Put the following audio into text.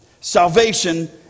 Salvation